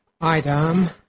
item